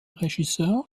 regisseur